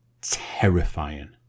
terrifying